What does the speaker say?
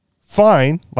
fine